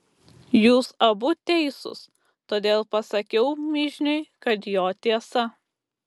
jūs abu teisūs todėl pasakiau mižniui kad jo tiesa